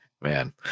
man